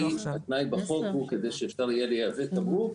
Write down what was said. התנאי בחוק הוא כדי שאפשר יהיה לייבא תמרוק